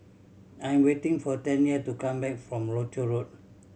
I'm waiting for Tanya to come back from Rochor Road